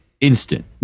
instant